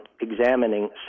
examining